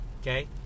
okay